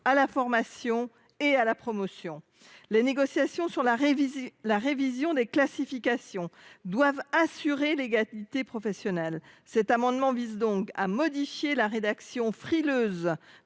à la formation et à la promotion. Aussi, les négociations sur la révision des classifications doivent viser à assurer l’égalité professionnelle. Cet amendement tend donc à modifier la rédaction frileuse